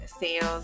sales